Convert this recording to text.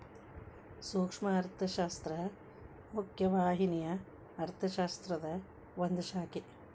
ಸೂಕ್ಷ್ಮ ಅರ್ಥಶಾಸ್ತ್ರ ಮುಖ್ಯ ವಾಹಿನಿಯ ಅರ್ಥಶಾಸ್ತ್ರದ ಒಂದ್ ಶಾಖೆ